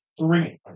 Three